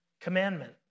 commandment